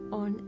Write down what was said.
on